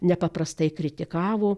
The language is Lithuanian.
nepaprastai kritikavo